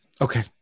Okay